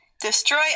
destroy